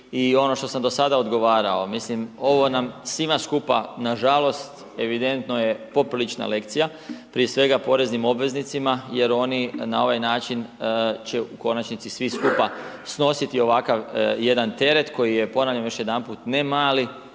i ono što sam do kraja odgovarao. Mislim, ovo nam je svima skupa, nažalost, evidentno je, poprilična lekcija, prije svega poreznim obveznicima jer oni na ovaj način će u konačnici svi skupa snositi ovakav jedan teret koji je ponavljam još jedanput ne mali,